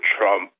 Trump